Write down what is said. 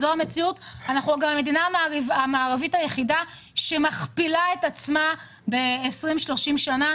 אנחנו גם המדינה המערבית היחידה שמכפילה את עצמה ב-20 שנים.